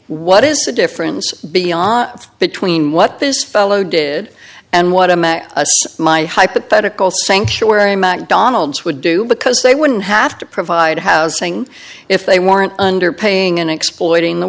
what is a difference beyond between what this fellow did and what my hypothetical sanctuary mcdonalds would do because they wouldn't have to provide housing if they weren't underpaying and exploiting the